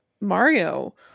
mario